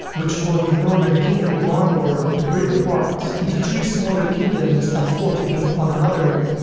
which caused the northern kingdom of arnor to break apart into three smaller kingdoms that fought against one another.